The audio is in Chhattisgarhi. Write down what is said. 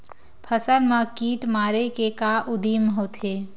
फसल मा कीट मारे के का उदिम होथे?